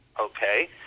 okay